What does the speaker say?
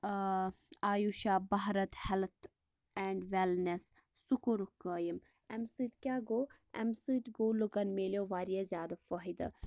Ayushman Bharat health and wellness سُہ کوٚرُکھ قٲیم اَمہِ سۭتۍ کیٛاہ گوٚو لُکن میلیو واریاہ زیادٕ فایِدٕ